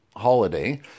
holiday